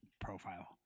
profile